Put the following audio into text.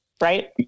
right